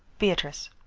beatrice.